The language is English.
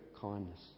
kindness